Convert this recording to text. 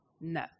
no